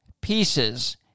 pieces